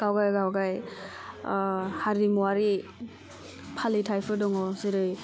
गावगाय गावगाय हारिमुआरि फालिथाइफोर दङ जेरै